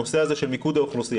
הנושא הזה של מיקוד האוכלוסייה.